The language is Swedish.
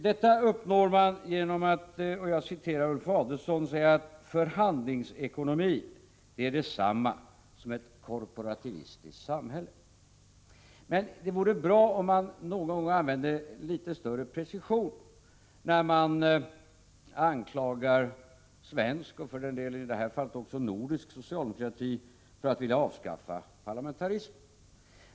Detta uppnår man genom att som Ulf Adelsohn säga: Förhandlingsekonomi är detsamma som ett korporativistiskt samhälle. Det vore bra om man någon gång använde litet större precision när man anklagar svensk, och för den delen i det här fallet också nordisk, socialdemokrati för att vilja avskaffa parlamentarismen.